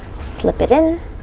slip it in,